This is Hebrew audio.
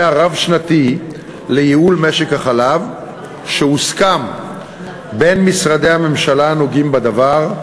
הרב-שנתי לייעול משק החלב שהוסכם בין משרדי הממשלה הנוגעים בדבר,